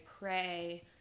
pray